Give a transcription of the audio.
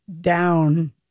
down